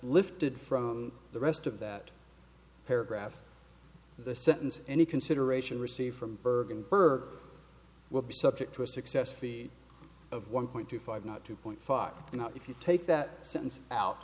lifted from the rest of that paragraph the sentence any consideration received from bergen burke will be subject to a success feed of one point two five not two point five not if you take that sentence out